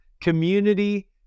community